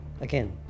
again